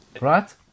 right